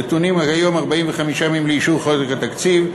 נתונים עד היום 45 ימים לאישור חוק התקציב.